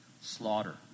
slaughter